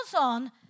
on